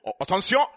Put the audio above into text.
attention